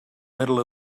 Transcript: middle